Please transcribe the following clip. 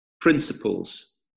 principles